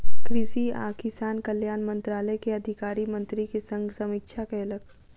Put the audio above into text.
कृषि आ किसान कल्याण मंत्रालय के अधिकारी मंत्री के संग समीक्षा कयलक